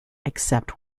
except